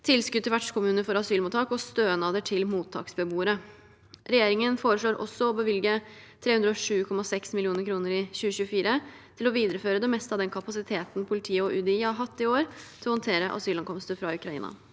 tilskudd til vertskommuner for asylmottak og stønader til mottaksbeboere. Regjeringen foreslår også å bevilge 307,6 mill. kr i 2024 til å videreføre det meste av den kapasiteten politiet og UDI har hatt i år til å håndtere asylankomster fra Ukraina.